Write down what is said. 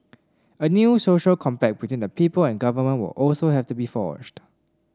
a new social compact between the people and the government will also have to be forged